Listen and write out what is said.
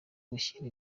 gushyira